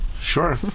Sure